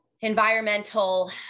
environmental